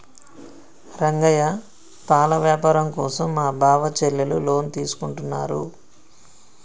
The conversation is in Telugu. రంగయ్య పాల వ్యాపారం కోసం మా బావ చెల్లెలు లోన్ తీసుకుంటున్నారు